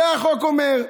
את זה החוק אומר,